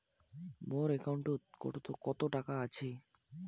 মোর একাউন্টত কত টাকা আছে?